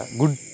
good